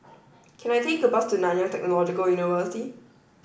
can I take a bus to Nanyang Technological University